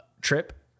trip